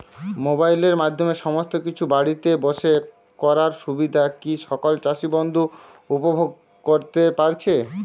মোবাইলের মাধ্যমে সমস্ত কিছু বাড়িতে বসে করার সুবিধা কি সকল চাষী বন্ধু উপভোগ করতে পারছে?